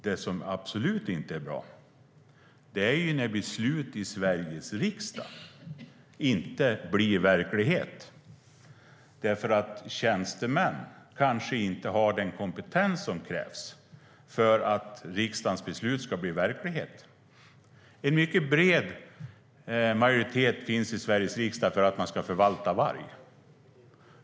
Det som absolut inte är bra är när beslut i Sveriges riksdag inte blir verklighet därför att tjänstemän kanske inte har den kompetens som krävs för att riksdagens beslut ska bli verklighet. Det finns en mycket bred majoritet i Sveriges riksdag för att man ska förvalta varg.